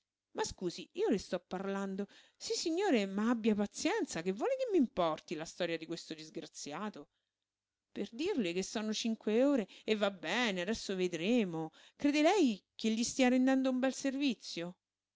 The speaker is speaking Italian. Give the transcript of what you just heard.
ma scusi io le sto parlando sissignore ma abbia pazienza che vuole che m'importi la storia di questo disgraziato per dirle che sono cinque ore e va bene adesso vedremo crede lei che gli stia rendendo un bel servizio